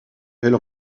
elle